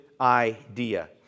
idea